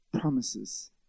promises